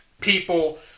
people